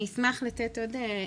אני אשמח לתת עוד,